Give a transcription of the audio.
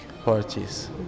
parties